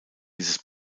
dieses